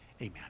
Amen